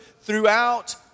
throughout